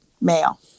male